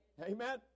Amen